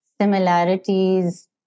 similarities